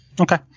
Okay